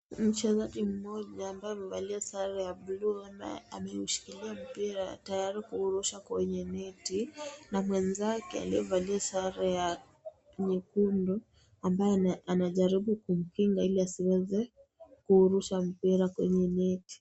Mchezaji mmoja ambaye amevalia sare ya buluu ameushikilia mpira tayari kuurusha kwenye neti, na mwenzake aliyevalia sare ya nyekundu ambaye anajaribu kumpinga ili asiweze kuurusha mpira kwenye neti.